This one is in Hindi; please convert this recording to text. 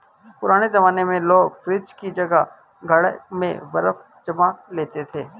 पुराने जमाने में लोग फ्रिज की जगह घड़ा में बर्फ जमा लेते थे